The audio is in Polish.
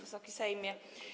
Wysoki Sejmie!